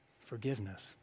forgiveness